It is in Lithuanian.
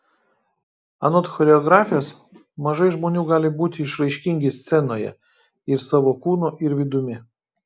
anot choreografės mažai žmonių gali būti išraiškingi scenoje ir savo kūnu ir vidumi